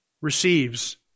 receives